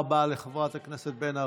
תודה רבה לחברת הכנסת בן ארי,